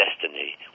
destiny